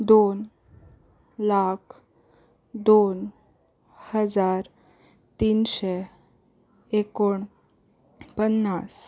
दोन लाख दोन हजार तिनशे एकोणपन्नास